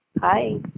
Hi